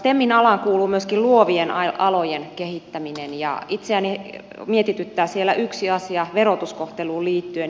temin alaan kuuluu myös luovien alojen kehittäminen ja itseäni mietityttää siellä yksi asia verotuskohteluun liittyen